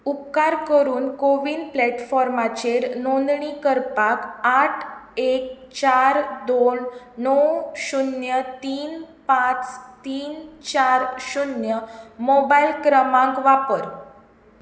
उपकार करून कोविन प्लॅटफॉर्माचेर नोंदणी करपाक आठ एक चार दोन णव शुन्य तीन पांच तीन चार शुन्य मोबायल क्रमांक वापर